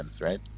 right